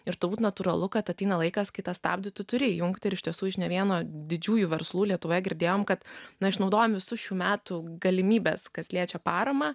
ir turbūt natūralu kad ateina laikas kai tą stabdį tu turi įjungti ir iš tiesų iš ne vieno didžiųjų verslų lietuvoje girdėjome kad na išnaudojom visus šių metų galimybes kas liečia paramą